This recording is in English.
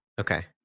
okay